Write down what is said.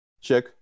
check